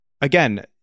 Again